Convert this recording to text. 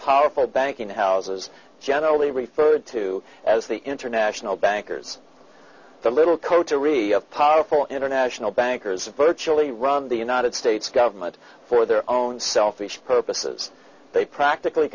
powerful banking houses generally referred to as the international bankers the little coterie of powerful international bankers virtually run the united states government for their own selfish purposes they practically